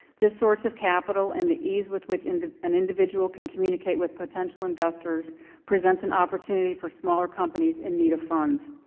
this source of capital and the ease with which and an individual can communicate with potential investors presents an opportunity for smaller companies in need of funds.